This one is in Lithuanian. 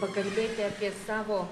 pakalbėti apie savo